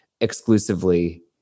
exclusively